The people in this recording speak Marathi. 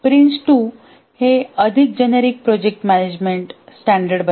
प्रिन्स 2 हे अधिक जनरिक प्रोजेक्ट मॅनेजमेंट स्टॅंडर्ड बनले